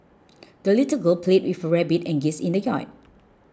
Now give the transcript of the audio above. the little girl played with her rabbit and geese in the yard